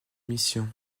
mission